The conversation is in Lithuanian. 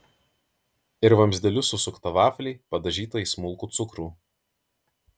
ir vamzdeliu susuktą vaflį padažytą į smulkų cukrų